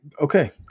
okay